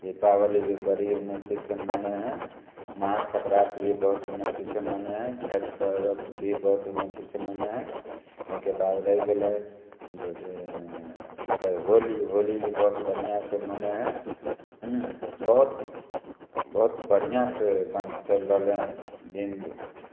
दीपावली भी बड़ी उन्नति से मनै हइ महाशिवरात्रि भी बहुत उन्नति से मनै हइ छठि परब भी बहुत उन्नति से मनै हइ ओहिके बाद रहि गेलै जे कि कहै होली होली भी बहुत बढ़िआँ से मनै हइ बहुत बहुत बढ़िआँ से एगदम चलि रहलै हँ दिन